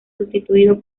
sustituido